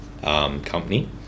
company